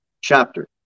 chapter